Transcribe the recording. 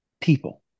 people